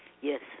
Yes